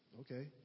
Okay